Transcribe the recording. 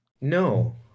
No